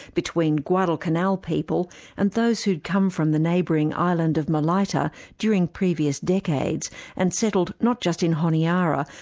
between guadalcanal people and those who'd come from the neighbouring island of mailaita during previous decades and settled not just in honiara,